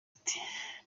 ati